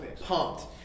pumped